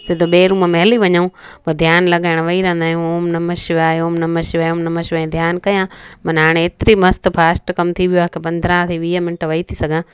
सिधो ॿिए रूम में हली वञूं पोइ ध्यानु लॻाइण वेही रहंदा आहियूं ओम नमः शिवाय ओम नमः शिवाय ओम नमः शिवाय ईअं ध्यानु कयां माना हाणे ऐतिरी मस्तु फास्ट कमु थी वियो आहे की पंदरहां थिए वीह मिन्ट वेही थी सघां